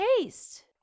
taste